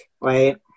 right